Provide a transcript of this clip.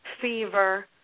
fever